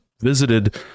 visited